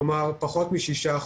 כלומר פחות מ-6%.